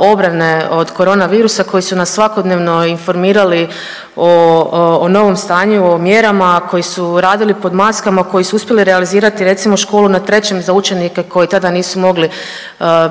obrane od korona virusa, koji su nas svakodnevno informirali o, o novom stanju, o mjerama, koji radili pod maskama koji su uspjeli realizirati recimo školu na trećem za učenike koji tada nisu mogli